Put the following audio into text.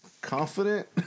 confident